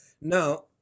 Now